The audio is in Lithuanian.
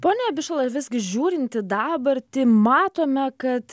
pone abišala visgi žiūrint į dabartį matome kad